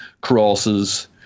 crosses